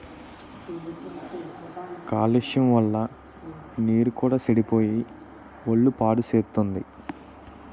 కాలుష్యం వల్ల నీరు కూడా సెడిపోయి ఒళ్ళు పాడుసేత్తుంది